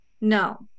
no